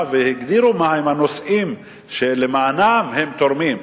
והגדירו מהם הנושאים שלמענם הם תורמים,